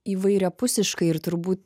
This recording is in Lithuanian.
įvairiapusiškai ir turbūt